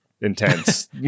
intense